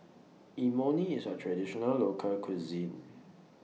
Imoni IS A Traditional Local Cuisine